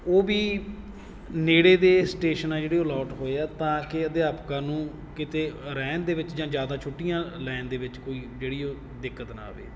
ਉਹ ਵੀ ਨੇੜੇ ਦੇ ਸਟੇਸ਼ਨ ਹੈ ਜਿਹੜੇ ਅਲੋਟ ਹੋਏ ਆ ਤਾਂ ਕਿ ਅਧਿਆਪਕਾਂ ਨੂੰ ਕਿਤੇ ਰਹਿਣ ਦੇ ਵਿੱਚ ਜਾਂ ਜ਼ਿਆਦਾ ਛੁੱਟੀਆਂ ਲੈਣ ਦੇ ਵਿੱਚ ਕੋਈ ਜਿਹੜੀ ਉਹ ਦਿੱਕਤ ਨਾ ਆਵੇ